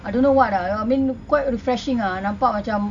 I don't know what ah I mean quite refreshing ah nampak macam